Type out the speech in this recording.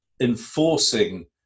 enforcing